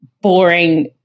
boring